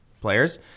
players